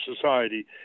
society